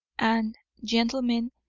and, gentlemen,